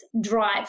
drive